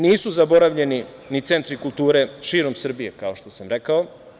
Nisu zaboravljeni ni centri kulture širom Srbije, kao što sam rekao.